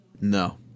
No